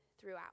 throughout